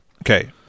okay